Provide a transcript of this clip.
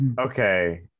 Okay